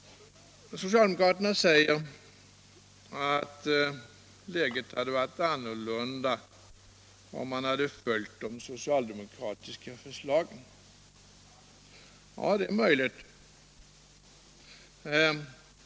Socialdemokraterna säger att läget skulle ha varit annorlunda om man hade följt de socialdemokratiska förslagen. Ja, det är möjligt.